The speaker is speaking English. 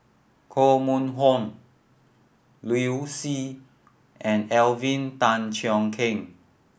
Koh Mun Hong Liu Si and Alvin Tan Cheong Kheng